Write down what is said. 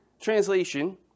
translation